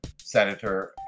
Senator